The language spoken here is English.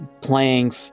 playing